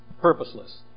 purposeless